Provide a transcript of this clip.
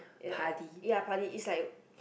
er ya partly it's like